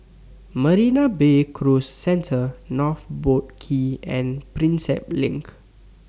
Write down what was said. Marina Bay Cruise Centre North Boat Quay and Prinsep LINK